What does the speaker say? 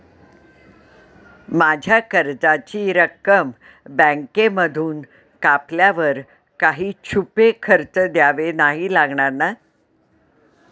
माझ्या कर्जाची रक्कम बँकेमधून कापल्यावर काही छुपे खर्च द्यावे नाही लागणार ना?